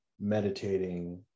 meditating